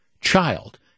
child